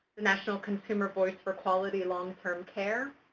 national consumer voice for quality long-term care,